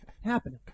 happening